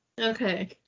Okay